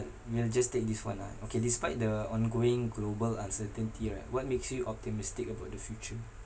we'll just take this [one] ah okay despite the ongoing global uncertainty right what makes you optimistic about the future